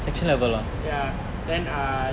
ya then err